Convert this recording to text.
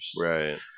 Right